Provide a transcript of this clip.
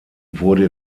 wurde